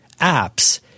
apps –